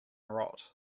rot